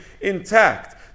intact